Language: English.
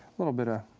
little bit of